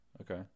Okay